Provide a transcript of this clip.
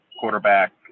quarterback